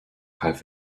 half